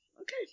Okay